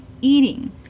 eating